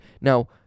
Now